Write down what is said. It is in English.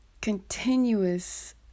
continuous